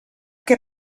què